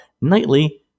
nightly